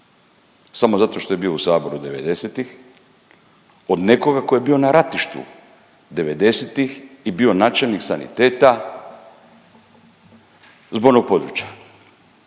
samo zato što je bio u Saboru 90-ih, od nekoga tko je bio na ratištu 90-ih i bio načelnik saniteta s bojnog područja.